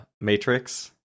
Matrix